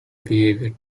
behaviour